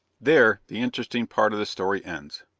there the interesting part of the story ends.